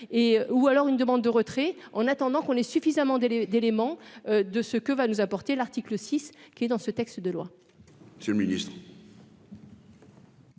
ou alors une demande de retrait en attendant qu'on ait suffisamment d'et d'éléments de ce que va nous apporter l'article 6 qui est dans ce texte de loi. Ce ministre.